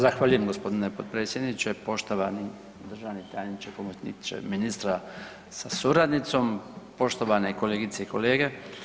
Zahvaljujem gospodine potpredsjedniče, poštovani držani tajniče, pomoćniče ministra sa suradnicom, poštovane kolegice i kolege.